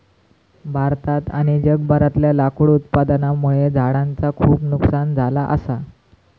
भारतात आणि जगभरातला लाकूड उत्पादनामुळे झाडांचा खूप नुकसान झाला असा